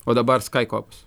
o dabar skaikops